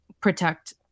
protect